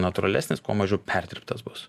natūralesnis kuo mažiau perdirbtas bus